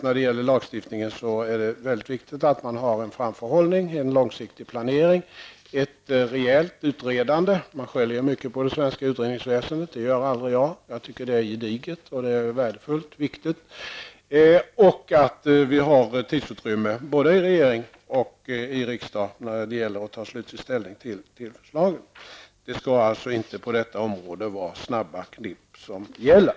När det gäller lagstiftning tycker jag att det är väldigt viktigt att vi har en framförhållning, en långsiktig planering, ett rejält utredande -- man skäller mycket på det svenska utredningsväsendet, men det gör aldrig jag för jag tycker att det är gediget, värdefullt och viktigt -- och att vi har tidsutrymme både i regeringen och i riksdagen innan vi tar slutlig ställning till lagförslaget. Det skall alltså, på detta område, inte vara snabba klipp som gäller.